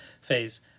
phase